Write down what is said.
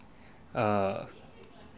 err